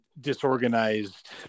disorganized